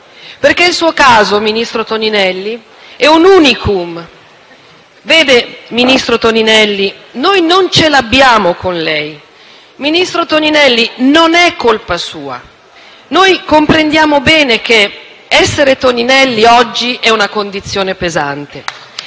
sentire politico. Ministro Toninelli, il suo caso è un *unicum*. Ministro Toninelli, noi non ce l'abbiamo con lei. Ministro Toninelli, non è colpa sua. Noi comprendiamo bene che essere Toninelli oggi è una condizione pesante